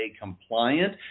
compliant